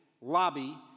lobby